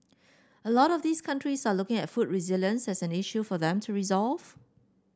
a lot of these countries are looking at food resilience as an issue for them to resolve